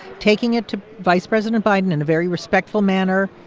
taking it to vice president biden in a very respectful manner.